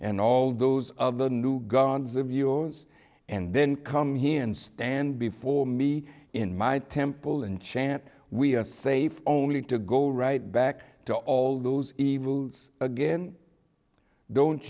and all those other new gods of yours and then come here and stand before me in my temple and chant we are saved only to go right back to all those evils again don't